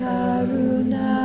Karuna